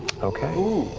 okay.